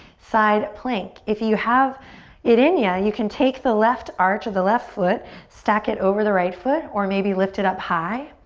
side plank. if you have it in ya, you can take the left arch of the left foot stack it over the right foot or maybe lift it up high.